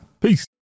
Peace